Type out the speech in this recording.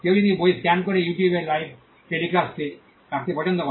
কেউ একটি বই স্ক্যান করে ইউটিউবের লাইভ টেলিকাস্টে রাখতে পছন্দ করে